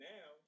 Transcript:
Now